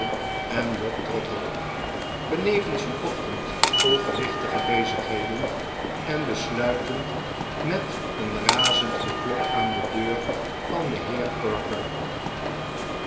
en job trotter behevens een ochtend vol gewichtige bezigheden en besluitend met een razend geklop aan de deur van den heer perker